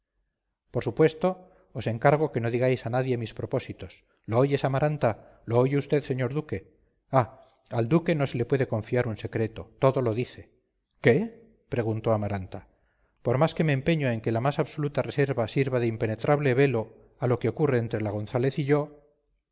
por supuesto os encargo que no digáis a nadie mis propósitos lo oyes amaranta lo oye usted señor duque ah al duque no se le puede confiar un secreto todo lo dice qué preguntó amaranta por más que me empeño en que la más absoluta reserva sirva de impenetrable velo a lo que ocurre entre la gonzález y yo